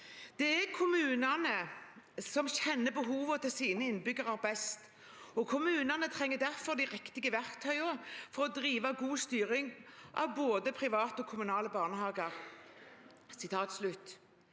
«Det er kommunene som kjenner behovene til sine innbyggere best, og kommunene trenger der for de riktige verktøyene for å drive god styring av både private og kommunale barnehager.»